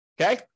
Okay